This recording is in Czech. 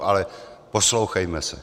Ale poslouchejme se.